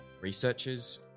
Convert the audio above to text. researchers